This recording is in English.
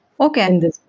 Okay